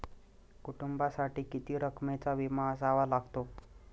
कुटुंबासाठी किती रकमेचा विमा असावा लागतो?